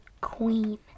queen